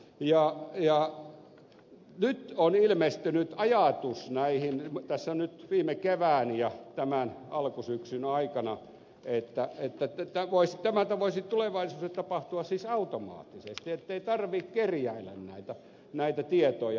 jaa jaa ne oli ilmestynyt ajatus näihin nyt viime kevään ja tämän alkusyksyn aikana on ilmaantunut ajatus että tämä siis voisi tulevaisuudessa tapahtua automaattisesti ettei tarvitse kerjäillä näitä tietoja